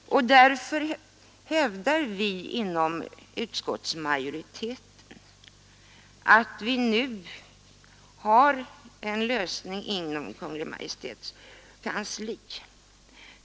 Därför hävdar vi inom utskottsmajoriteten att vi nu har en lösning inom Kungl. Maj:ts kansli.